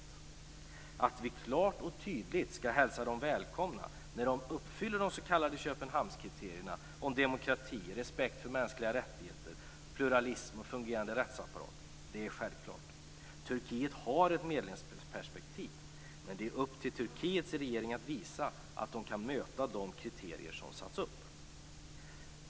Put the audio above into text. Självfallet skall vi klart och tydligt hälsa dem välkomna när de uppfyller de s.k. Köpenhamnskriterierna om demokrati, respekt för mänskliga rättigheter, pluralism och fungerande rättsapparat. Turkiet har ett medlemsperspektiv, men det är upp till Turkiets regering att visa att de kan uppfylla de kriterier som satts upp.